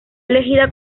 elegida